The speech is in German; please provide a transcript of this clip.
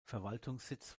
verwaltungssitz